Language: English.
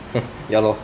ya lor